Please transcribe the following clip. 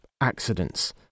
accidents